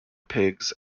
pigs